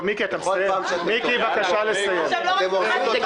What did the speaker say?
כל פעם שאתם תומכים בו אתם הורסים לו את הסיכוי.